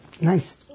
Nice